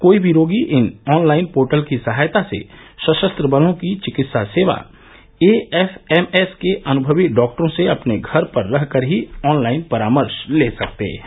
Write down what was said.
कोई भी रोगी इस ऑनलाइन पोर्टल की सहायता से सशस्त्र बलों के चिकित्सा सेवा एएफएमएस के अनुभवी डॉक्टरों से अपने घरों पर रह कर ही ऑनलाइन परामर्श ले सकते हैं